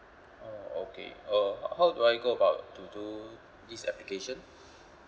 oh okay uh how do I go about to do this application